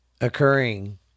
occurring